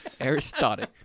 Aristotic